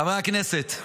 חברי הכנסת,